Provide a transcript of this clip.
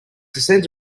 descends